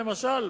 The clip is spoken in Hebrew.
למשל,